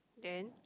and